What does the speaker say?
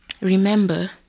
remember